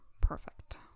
Perfect